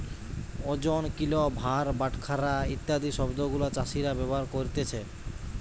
ওজন, কিলো, ভার, বাটখারা ইত্যাদি শব্দ গুলা চাষীরা ব্যবহার করতিছে